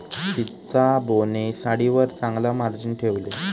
सीताबोने साडीवर चांगला मार्जिन ठेवले